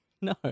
No